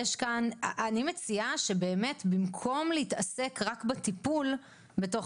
אני מציעה שבאמת במקום להתעסק רק בטיפול בתוך